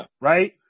right